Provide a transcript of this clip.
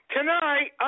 Tonight